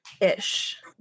ish